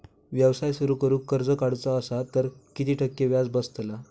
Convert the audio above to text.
व्यवसाय सुरु करूक कर्ज काढूचा असा तर किती टक्के व्याज बसतला?